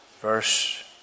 verse